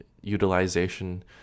utilization